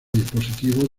dispositivos